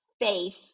faith